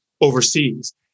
overseas